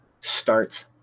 starts